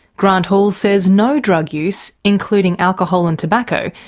grant hall says no drug use, including alcohol and tobacco,